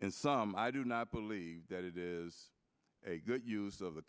and some i do not believe that it is a good use of the